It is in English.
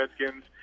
Redskins